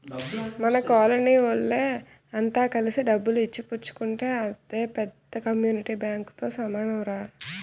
మన కోలనీ వోళ్ళె అంత కలిసి డబ్బులు ఇచ్చి పుచ్చుకుంటే అదే పెద్ద కమ్యూనిటీ బాంకుతో సమానంరా